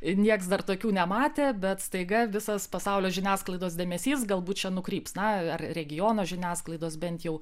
niekas dar tokių nematė bet staiga visas pasaulio žiniasklaidos dėmesys galbūt čia nukryps na ar regiono žiniasklaidos bent jau